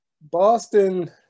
Boston